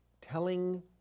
telling